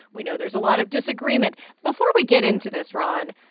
we know there's a lot of disagreement. before we get into this, ron,